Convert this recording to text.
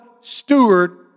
steward